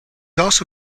also